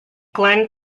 glenn